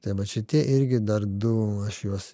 tai vat šitie irgi dar du aš juos